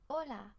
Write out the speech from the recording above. Hola